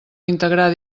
integrar